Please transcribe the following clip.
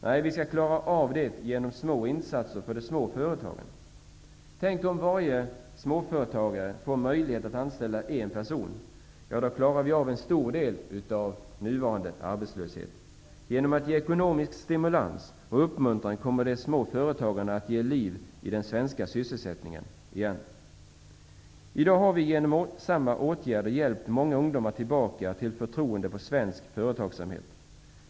Nej, vi skall klara detta genom små insatser för de små företagen. Tänk, om varje småföretagare får möjlighet att anställa en person! Då skulle vi klara en stor del av den nuvarande arbetslösheten. Genom att ge småföretagarna ekonomisk stimulans och uppmuntran kommer de att ge liv i den svenska sysselsättningen igen. I dag har vi genom gemensamma åtgärder hjälpt många ungdomar tillbaka till förtroende för svensk företagsamhet.